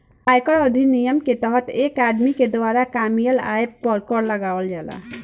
आयकर अधिनियम के तहत एक आदमी के द्वारा कामयिल आय पर कर लगावल जाला